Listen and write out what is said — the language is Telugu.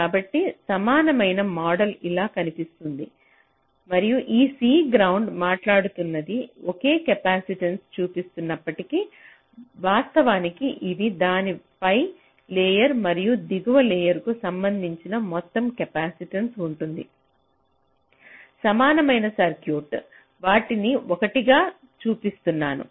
కాబట్టి సమానమైన మోడల్ ఇలా కనిపిస్తుంది మరియు ఈ C గ్రౌండ్ మాట్లాడుతున్నది ఒకే కెపాసిటెన్స్గా చూపిస్తున్నప్పటికీ వాస్తవానికి ఇది దాని పై లేయర్ మరియు దిగువ లేయర్ కు సంబంధించిన మొత్తం కెపాసిటెన్స ఉంటుంది సమానమైన సర్క్యూట్ వాటిని ఒకటిగా చూపిస్తున్నాను